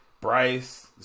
Bryce